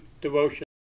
devotion